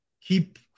keep